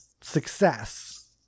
success